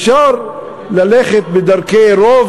אפשר ללכת בדרכי רוב